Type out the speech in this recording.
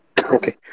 Okay